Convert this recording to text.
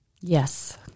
Yes